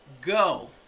Go